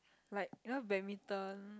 like you know badminton